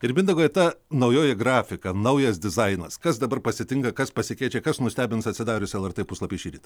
ir mindaugui ta naujoji grafika naujas dizainas kas dabar pasitinka kas pasikeičia kas nustebins atsidarius lrt puslapį šįryt